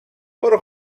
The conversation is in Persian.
برو